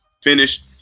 finish